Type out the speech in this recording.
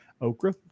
Okra